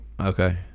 okay